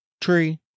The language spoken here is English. Tree